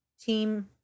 team